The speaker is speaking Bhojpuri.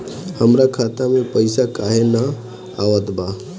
हमरा खाता में पइसा काहे ना आवत बा?